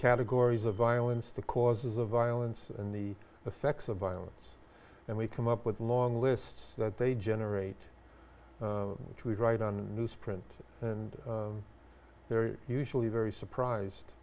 categories of violence the causes of violence and the effects of violence and we come up with a long list that they generate which we write on newsprint and they're usually very surprised